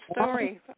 story